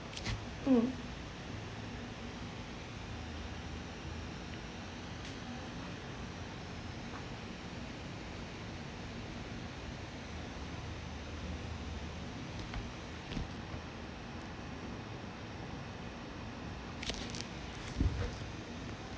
mm